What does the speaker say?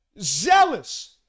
zealous